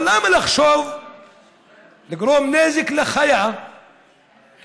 אבל למה לחשוב לגרום נזק לחיה שאללה,